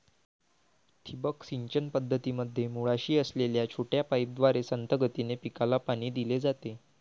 ठिबक सिंचन पद्धतीमध्ये मुळाशी असलेल्या छोट्या पाईपद्वारे संथ गतीने पिकाला पाणी दिले जाते